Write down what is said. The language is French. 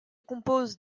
compose